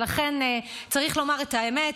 ולכן צריך לומר את האמת,